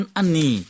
ani